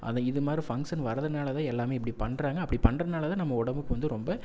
அது இது மாரி ஃபங்க்ஷன் வர்றதுனால் தான் எல்லோருமே இப்படி பண்ணுறாங்க அப்படி பண்ணுறதுனாலதான் நம்ம உடம்புக்கு வந்து ரொம்ப